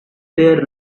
there